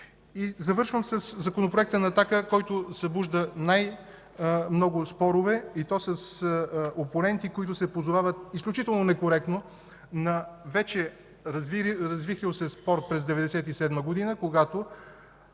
завършвам със Законопроекта на „Атака”, който събужда най-много спорове, и то с опоненти, които се позовават изключително некоректно на вече развихрил се спор през 1997 г., когато